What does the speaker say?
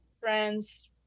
friends